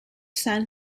san